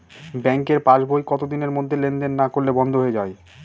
ব্যাঙ্কের পাস বই কত দিনের মধ্যে লেন দেন না করলে বন্ধ হয়ে য়ায়?